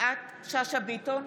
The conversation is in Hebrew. יפעת שאשא ביטון,